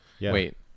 Wait